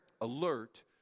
Alert